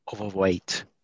overweight